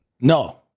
No